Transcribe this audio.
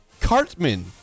Cartman